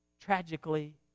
tragically